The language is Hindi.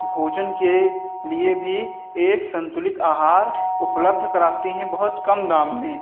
भोजन के लिए भी एक संतुलित आहार उपलब्ध कराती हैं बहुत कम दाम में